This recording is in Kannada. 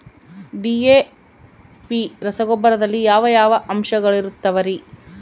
ಡಿ.ಎ.ಪಿ ರಸಗೊಬ್ಬರದಲ್ಲಿ ಯಾವ ಯಾವ ಅಂಶಗಳಿರುತ್ತವರಿ?